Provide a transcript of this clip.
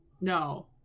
No